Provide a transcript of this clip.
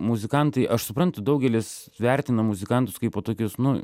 muzikantai aš suprantu daugelis vertina muzikantus kaipo tokius nu